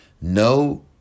No